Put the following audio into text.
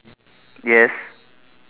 yes